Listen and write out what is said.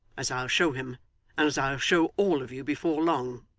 as i'll show him, and as i'll show all of you before long